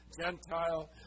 Gentile